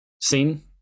seen